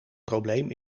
probleem